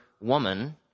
woman